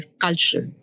cultural